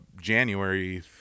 January